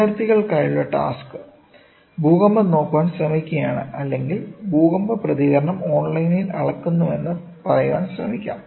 വിദ്യാർത്ഥികൾക്കായുള്ള task ഭൂകമ്പം നോക്കാൻ ശ്രമിക്കുകയാണ് അല്ലെങ്കിൽ ഭൂകമ്പ പ്രതികരണം ഓൺലൈനിൽ അളക്കുന്നുവെന്ന് പറയാൻ ശ്രമിക്കാം